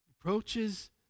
approaches